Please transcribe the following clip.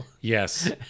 Yes